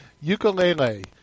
Ukulele